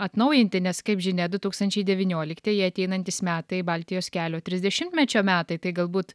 atnaujinti nes kaip žinia du tūkstančiai devynioliktieji ateinantys metai baltijos kelio trisdešimtmečio metai tai galbūt